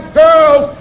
girls